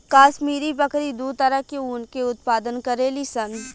काश्मीरी बकरी दू तरह के ऊन के उत्पादन करेली सन